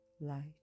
light